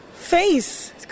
Face